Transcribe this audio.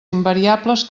invariables